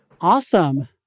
Awesome